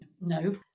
no